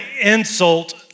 insult